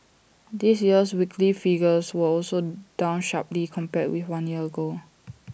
this year's weekly figures were also down sharply compared with one year ago